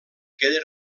queda